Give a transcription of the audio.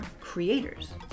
creators